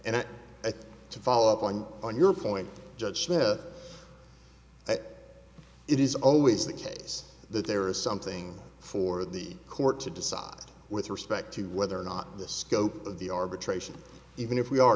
and i think to follow up on on your point judge that it is always the case that there is something for the court to decide with respect to whether or not the scope of the arbitration even if we are